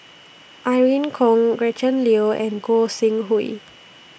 Irene Khong Gretchen Liu and Gog Sing Hooi